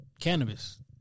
cannabis